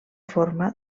forma